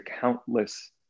countless